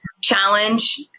challenge